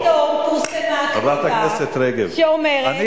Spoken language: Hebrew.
ואתמול פתאום פורסמה כתבה שאומרת --- חברת הכנסת רגב,